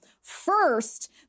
first